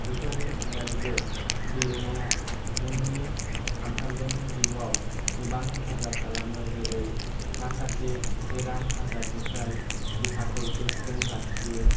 बेफोरनि अनगायैबो गेलेनाया जोंनि सामफ्रामबोनि जिउआव गोबां हेफाजाब खालामो जेरै माखासे बेराम आजारनिफ्राय देहाखौ गोख्रों लाखियो